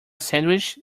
sandwich